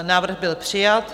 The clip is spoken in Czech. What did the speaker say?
Návrh byl přijat.